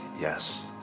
yes